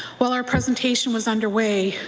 while our presentation was underway,